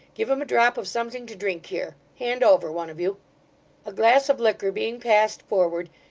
give him a drop of something to drink here. hand over, one of you a glass of liquor being passed forward,